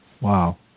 Wow